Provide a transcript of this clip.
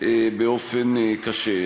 באופן קשה.